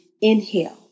inhale